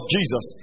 Jesus